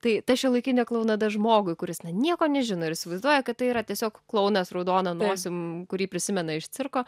tai ta šiuolaikinė klounada žmogui kuris nieko nežino ir įsivaizduoja kad tai yra tiesiog klounas raudona nosim kurį prisimena iš cirko